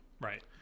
Right